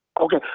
okay